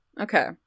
Okay